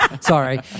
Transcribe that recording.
Sorry